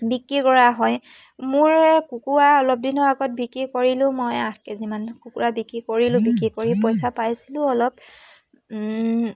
বিক্ৰী কৰা হয় মোৰ কুকুৰা অলপ দিনৰ আগত বিক্ৰী কৰিলোঁ মই আঠ কেজিমান কুকুৰা বিক্ৰী কৰিলোঁ বিক্ৰী কৰি পইচা পাইছিলোঁ অলপ